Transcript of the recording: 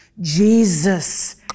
Jesus